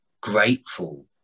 grateful